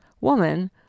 woman